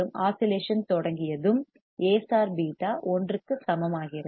oscillation தொடங்கியதும் A β 1 க்கு சமமாகிறது